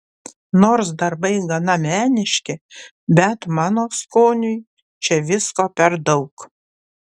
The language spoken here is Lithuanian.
nors darbai gana meniški bet mano skoniui čia visko per daug